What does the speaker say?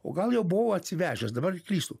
o gal jau buvau atsivežęs dabar klystų